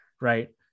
Right